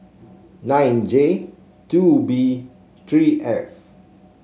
nine J two B three F